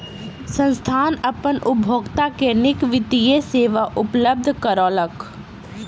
संस्थान अपन उपभोगता के नीक वित्तीय सेवा उपलब्ध करौलक